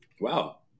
wow